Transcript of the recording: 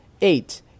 Eight